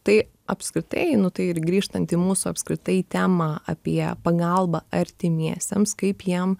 tai apskritai nu tai ir grįžtant į mūsų apskritai temą apie pagalbą artimiesiems kaip jiem